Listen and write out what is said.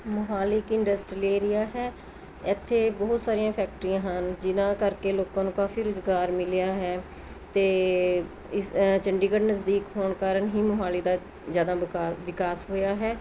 ਮੋਹਾਲੀ ਇੱਕ industrial area ਹੈ ਇੱਥੇ ਬਹੁਤ ਸਾਰੀਆਂ ਫੈਕਟਰੀਆਂ ਹਨ ਜਿਨ੍ਹਾਂ ਕਰਕੇ ਲੋਕਾਂ ਨੂੰ ਕਾਫ਼ੀ ਰੁਜ਼ਗਾਰ ਮਿਲਿਆ ਹੈ ਅਤੇ ਇਸ ਚੰਡੀਗੜ੍ਹ ਨਜ਼ਦੀਕ ਹੋਣ ਕਾਰਨ ਹੀ ਮੋਹਾਲੀ ਦਾ ਜ਼ਿਆਦਾ ਵਕਾ ਵਿਕਾਸ ਹੋਇਆ ਹੈ